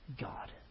God